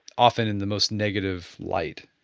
often in the most negative light